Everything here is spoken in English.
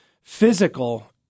physical